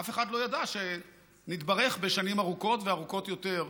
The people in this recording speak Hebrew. אף אחד לא ידע שנתברך בשנים ארוכות וארוכות יותר.